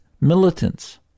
militants